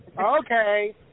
Okay